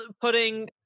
putting